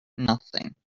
nothing